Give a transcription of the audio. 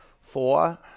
four